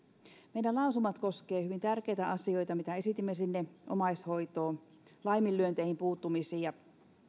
meidän lausumamme koskevat hyvin tärkeitä asioita mitä esitimme sinne omaishoitoon laiminlyönteihin puuttumisiin ja